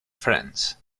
france